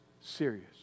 serious